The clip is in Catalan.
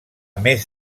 més